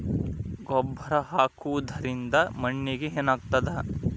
ಗೊಬ್ಬರ ಹಾಕುವುದರಿಂದ ಮಣ್ಣಿಗೆ ಏನಾಗ್ತದ?